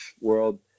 world